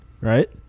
right